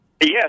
Yes